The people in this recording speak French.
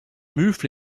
mufle